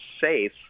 safe